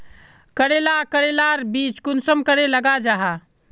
करेला करेलार बीज कुंसम करे लगा जाहा?